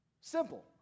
Simple